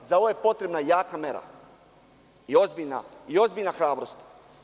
Za ovo je potrebna jaka mera i ozbiljna hrabrost.